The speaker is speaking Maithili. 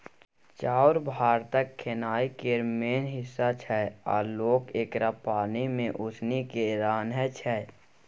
चाउर भारतक खेनाइ केर मेन हिस्सा छै आ लोक एकरा पानि मे उसनि केँ रान्हय छै